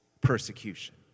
persecution